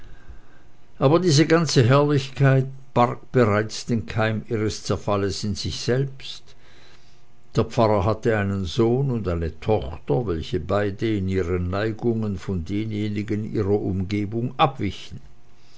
aber diese ganze herrlichkeit barg bereits den keim ihres zerfalles in sich selbst der pfarrer hatte einen sohn und eine tochter welche beide in ihren neigungen von denjenigen ihrer umgebung abwichen